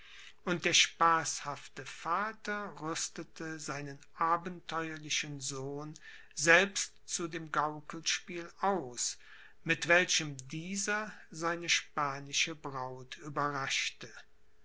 und der spaßhafte vater rüstete seinen abenteuerlichen sohn selbst zu dem gaukelspiel aus mit welchem dieser seine spanische braut überraschte